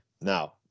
now